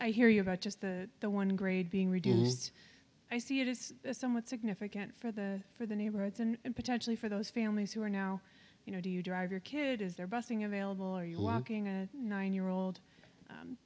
i hear you about just the one grade being reduced i see it is somewhat significant for the for the neighborhoods and potentially for those families who are now you know do you drive your kid is there busting available or you locking a nine year old